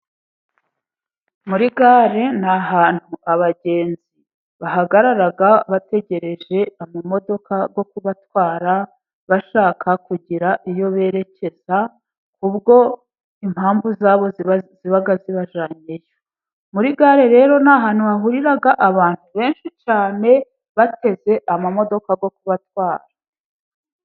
Muri gare ni ahantu abagenzi bahagarara bategereje imodoka zo kubatwara, bashaka kugira iyo berekeza ku bwo impamvu za bo ziba zibajyanyeyo. Muri gare rero ni ahantu hahurira abantu benshi cyane, bateze imodoka zo kubatwara.